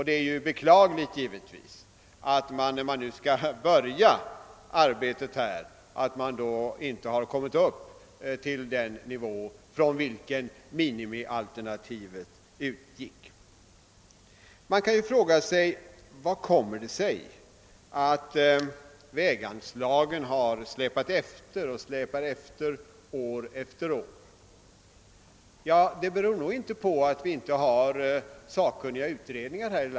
Det är beklagligt att man när arbetet skall börja inte har kommit upp Man kan fråga sig varför väganslagen har släpat efter år efter år. Ja, det beror nog inte på att vi inte haft sakkunniga utredningar.